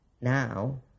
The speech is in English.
now